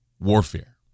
warfare